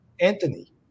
Anthony